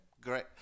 great